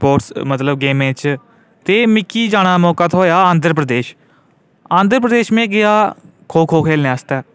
sport मतलब गेमें च ते मिगी जाने दा मौका थहोएआ आंध्र प्रदेश आंध्र प्रदेश में गेआ खो खो खेढने आस्तै